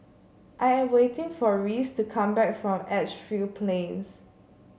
I am waiting for Reese to come back from Edgefield Plains